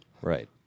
Right